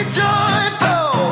joyful